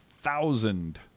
thousand